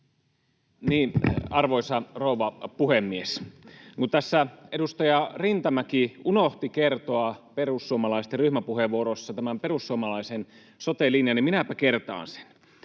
Arvoisa rouva puhemies! Kun tässä edustaja Rintamäki unohti kertoa perussuomalaisten ryhmäpuheenvuorossa tämän perussuomalaisen sote-linjan, niin minäpä kertaan sen: